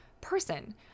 person